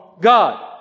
God